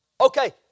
Okay